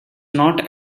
not